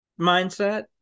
mindset